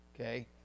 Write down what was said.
okay